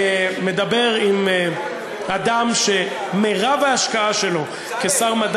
מדבר עם אדם שמרבית ההשקעה שלו כשר מדע